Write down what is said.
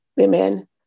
amen